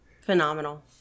Phenomenal